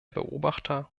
beobachter